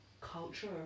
culture